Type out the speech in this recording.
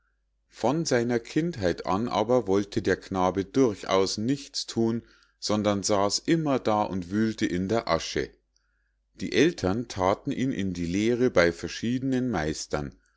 von seiner kindheit an aber wollte der knabe durchaus nichts thun sondern saß immer da und wühlte in der asche die ältern thaten ihn in die lehre bei verschiedenen meistern